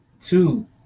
two